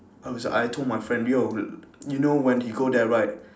I was I told my friend yo you know when he go there right